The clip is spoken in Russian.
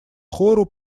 хору